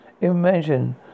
Imagine